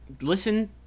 Listen